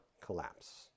collapse